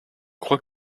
crois